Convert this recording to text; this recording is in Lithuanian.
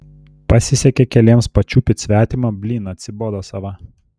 pasisekė keliems pačiupyt svetimą blyn atsibodo sava